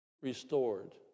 Restored